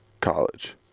college